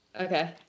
okay